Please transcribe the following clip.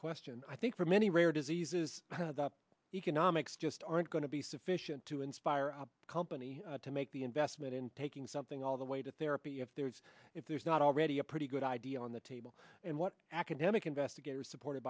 question i think for many rare diseases the economics just aren't going to be sufficient to inspire a company to make the investment in taking something all the way to therapy if there's if there's not already a pretty good idea on the table and what academic investigators supported